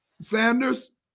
Sanders